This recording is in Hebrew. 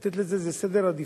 לתת לזה איזה עדיפות,